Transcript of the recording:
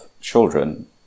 children